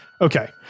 Okay